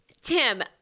Tim